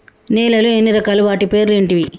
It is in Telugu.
నేలలు ఎన్ని రకాలు? వాటి పేర్లు ఏంటివి?